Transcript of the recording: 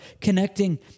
connecting